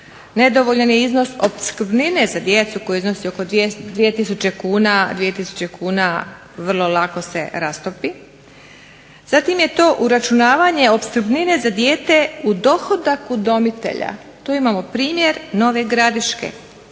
nedovoljan je iznos opskrbnine za djecu koji iznosi oko 2000 kuna vrlo lako se rastopi, zatim je to uračunavanje opskrbnine za dijete u dohodak udomitelja, tu imamo primjer Nove Gradiške.